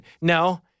No